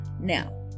Now